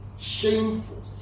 shameful